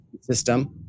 system